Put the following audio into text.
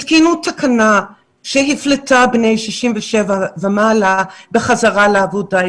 התקינו תקנה שהפלתה בני 67 ומעלה בחזרה לעבודה.